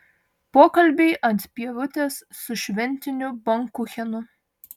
pokalbiai ant pievutės su šventiniu bankuchenu